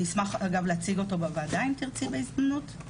נשמח להציג אותו בוועדה אם תרצי בהזדמנות,